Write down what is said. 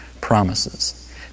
promises